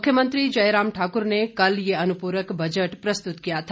मुख्यमंत्री जयराम ठाकुर ने कल ये अनुपूरक बजट प्रस्तुत किया था